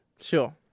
Sure